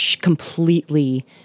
completely